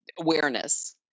awareness